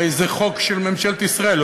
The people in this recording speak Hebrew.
הרי זה חוק של ממשלת ישראל,